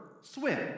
swim